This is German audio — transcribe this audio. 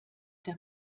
der